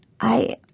I